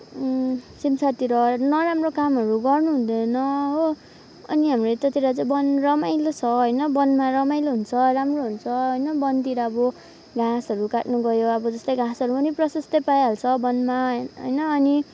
सिमसारतिर नराम्रो कामहरू गर्नुहुँदैन हो अनि हाम्रो यतातिर चाहिँ वन रमाइलो छ होइन वनमा रमाइलो हुन्छ राम्रो हुन्छ होइन वनतिर अब घाँसहरू काट्नु गयो अब जस्तै घाँसहरू पनि प्रसस्तै पाइहाल्छ वनमा होइन अनि